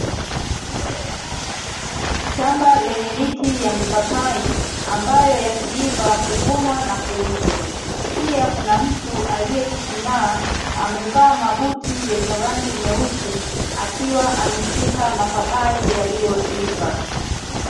Shamba lenye miti ya mipapai ambayo yakiiva huvunwa na kuuzwa. Pia kuna mtu aliyechuchumaa, amevaa mabuti yenye rangi nyeusi akiwa ameshika mapapai yaliyoiva.